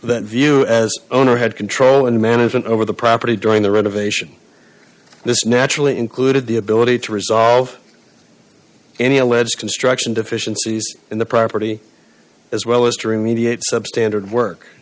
that view as owner had control and management over the property during the renovation this naturally included the ability to resolve any alleged construction deficiencies in the property as well as during mediate substandard work